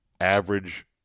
average